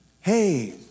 Hey